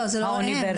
זה לא העניין.